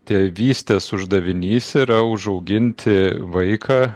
tėvystės uždavinys yra užauginti vaiką